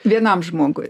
vienam žmogui